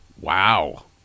Wow